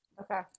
Okay